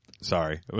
sorry